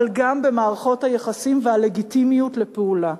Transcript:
אלא גם במערכות היחסים והלגיטימיות לפעולה.